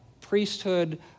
Priesthood